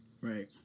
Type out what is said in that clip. Right